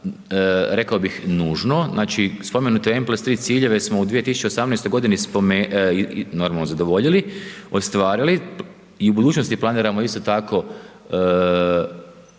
rekao bih nužno, znači spomenute .../Govornik se ne razumije./... ciljeve smo u 2018. g. normalno zadovoljili, ostvarili i u budućnosti planiramo isto tako